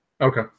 okay